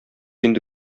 инде